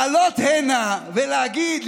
לעלות הנה ולהגיד,